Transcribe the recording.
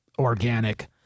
organic